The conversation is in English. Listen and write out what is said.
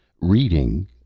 Reading